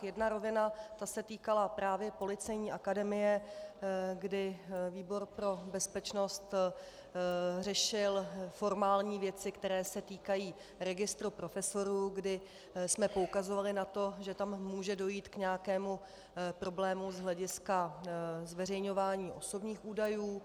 Jedna rovina se týkala právě Policejní akademie, kdy výbor pro bezpečnost řešil formální věci, které se týkají registru profesorů, kdy jsme poukazovali na to, že tam může dojít k nějakému problému z hlediska zveřejňování osobních údajů.